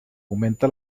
augmenta